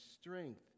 strength